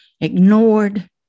ignored